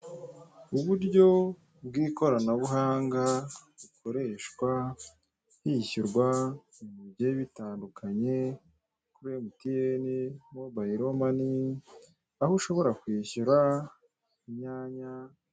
Uburyo bw'ikoranabuhanga, bukoreshwa hishyurwa ibintu bigiye bitandukanye, kuri emutiyeni mobayilo mani, aho ushobora kwishyura inyanya.